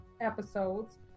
episodes